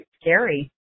scary